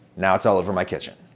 now it's all over my kitchen.